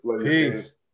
Peace